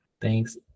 Thanks